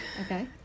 Okay